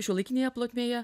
šiuolaikinėje plotmėje